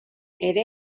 ere